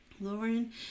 Lauren